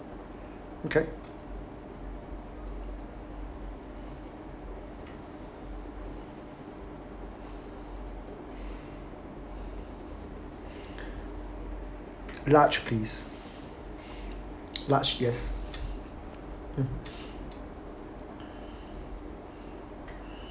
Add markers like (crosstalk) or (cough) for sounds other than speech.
okay (breath) large please large yes mm